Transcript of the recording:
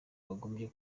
bagombye